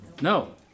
No